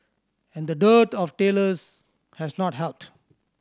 and the dearth of tailors has not helped